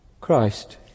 Christ